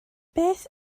beth